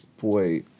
Boy